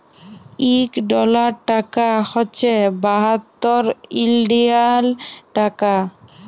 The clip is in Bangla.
ইক ডলার টাকা হছে বাহাত্তর ইলডিয়াল টাকা